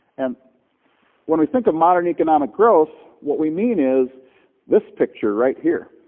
and when we think of modern economic growth, what we mean is this picture right here.